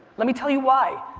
let me tell you why.